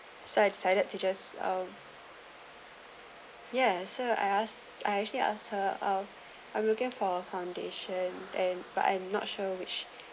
so I decided to just um yes so I ask I actually ask her oh I'm looking for a foundation and but I'm not sure which